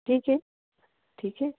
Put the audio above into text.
ठीक है ठीक है